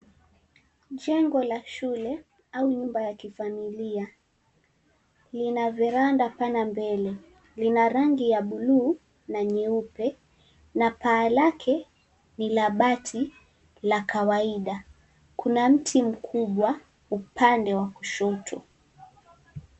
Jengo la shule au nyumba ya kifamilia. Lina veranda pana mbele, lina rangi ya blue na nyeupe na paa lake ni la bati la kawaida. Kuna mti mkubwa upande wa kushoto.